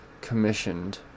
commissioned